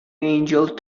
angel